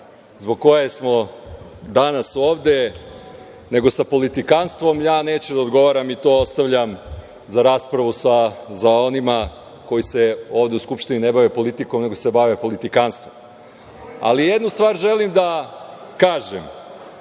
zbog koje smo danas ovde, nego sa politikanstvom. Ja neću da odgovaram i to ostavljam za raspravu onima koji se ovde u Skupštini ne bave politikom, nego se bave politikanstvom. Ali, jednu stvar želim da kažem,